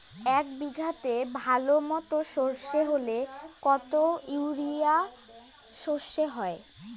এক বিঘাতে ভালো মতো সর্ষে হলে কত ইউরিয়া সর্ষে হয়?